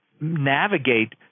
navigate